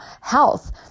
health